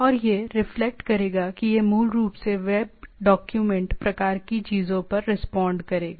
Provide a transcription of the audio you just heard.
और यह रिफ्लेक्ट करेगा कि यह मूल रूप से वेब डॉक्यूमेंट प्रकार की चीजों पर रिस्पॉन्ड करेगा